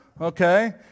okay